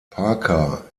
parker